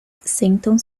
sentam